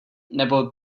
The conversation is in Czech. nebo